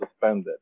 suspended